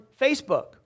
Facebook